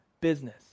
business